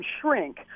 shrink